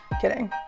Kidding